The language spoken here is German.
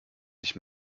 sich